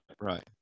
right